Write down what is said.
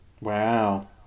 wow